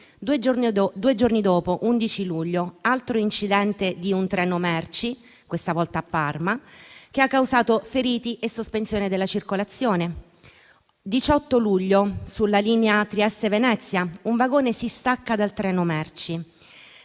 due giorni dopo, 11 luglio, altro incidente di un treno merci, questa volta a Parma, ha causato feriti e sospensione della circolazione; 18 luglio, sulla linea Trieste-Venezia, un vagone si stacca dal treno merci